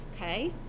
okay